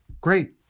great